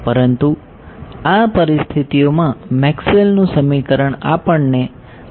પરંતુ આ પરિસ્થિતિઓમાં મેક્સવેલનું સમીકરણ આપણને આ જ કહે છે